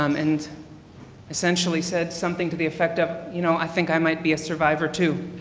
um and essentially said something to the effect of you know i think i might be a survivor too.